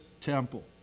Temple